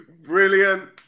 Brilliant